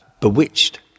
Bewitched